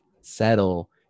settle